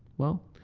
well,